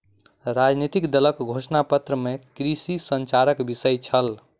राजनितिक दलक घोषणा पत्र में कृषि संचारक विषय छल